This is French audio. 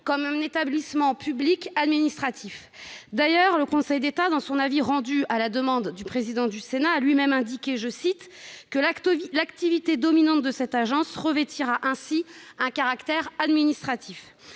comme un établissement public administratif. D'ailleurs, le Conseil d'État, dans son avis rendu à la demande du président du Sénat, a lui-même indiqué que « l'activité dominante de cette agence revêtira ainsi un caractère administratif ».